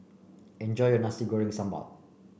enjoy your Nasi Goreng Sambal